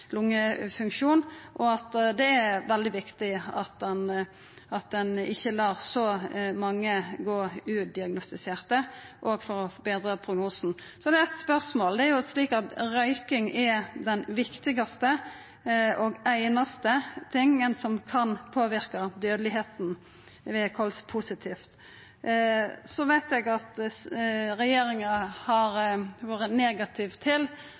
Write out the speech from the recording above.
Det er veldig viktig at ein ikkje lèt så mange vera udiagnostiserte, òg for å betra prognosen. Så har eg eit spørsmål. Tiltak mot røyking er det viktigaste og einaste som kan påverka dødelegheita ved kols positivt. Eg veit at regjeringa har vore negativ til